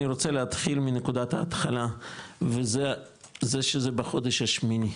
אני רוצה להתחיל מנקודת ההתחלה וזה שזה בחודש השמיני,